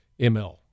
ml